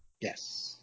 Yes